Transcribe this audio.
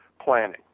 planning